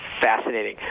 fascinating